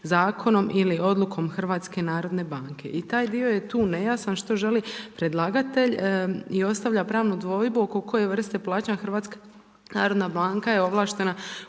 zakonom ili odlukom HNB-a i taj dio je tu nejasan što želi predlagatelj i ostavlja pravnu dvojbu oko koje vrste plaćanja HNB je ovlaštena